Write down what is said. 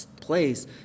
place